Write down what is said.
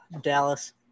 Dallas